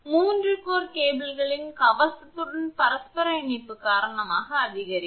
3 core கேபிள்களின் கவசத்துடன் பரஸ்பர இணைப்பு காரணமாக அதிகரிக்கும்